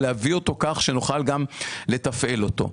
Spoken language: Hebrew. ולהביא אותו כך שגם נוכל לתפעל אותו.